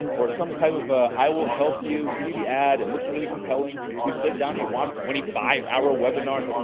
or some type of a i will help you, you see the ad, it and looks really compelling you sit down, you watch twenty five hour webinars, like,